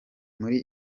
muri